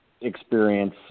experience